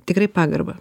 tikrai pagarbą